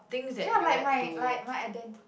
ya like my like my identity